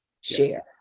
share